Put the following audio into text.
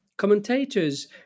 Commentators